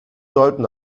sollten